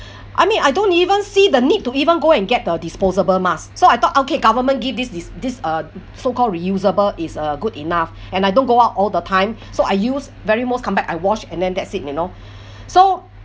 I mean I don't even see the need to even go and get the disposable mask so I thought okay government give this this this uh so called reusable is uh good enough and I don't go out all the time so I use very most come back I wash and then that's it you know so